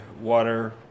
water